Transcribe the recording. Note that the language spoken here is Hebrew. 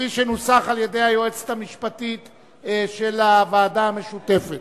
כפי שנוסח על-ידי היועצת המשפטית של הוועדה המשותפת.